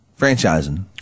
Franchising